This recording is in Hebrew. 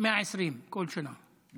120 כל שנה.